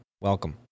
Welcome